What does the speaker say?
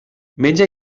menja